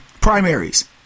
primaries